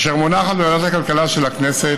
והיא מונחת בוועדת הכלכלה של הכנסת